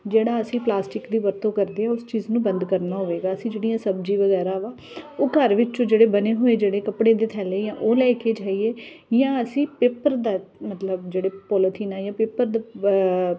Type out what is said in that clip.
ਜਿਹੜਾ ਅਸੀਂ ਪਲਾਸਟਿਕ ਦੀ ਵਰਤੋਂ ਕਰਦੇ ਉਸ ਚੀਜ਼ ਨੂੰ ਬੰਦ ਕਰਨਾ ਹੋਵੇਗਾ ਅਸੀਂ ਜਿਹੜੀਆਂ ਸਬਜ਼ੀ ਵਗੈਰਾ ਵਾ ਉਹ ਘਰ ਵਿੱਚੋਂ ਜਿਹੜੇ ਬਣੇ ਹੋਏ ਜਿਹੜੇ ਕੱਪੜੇ ਦੇ ਥੈਲੇ ਆ ਉਹ ਲੈ ਕੇ ਜਾਈਏ ਜਾਂ ਅਸੀਂ ਪੇਪਰ ਮਤਲਬ ਜਿਹੜੇ ਪੋਲੀਥੀਨ ਆ ਜਾਂ ਪੇਪਰ ਦੇ